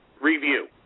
review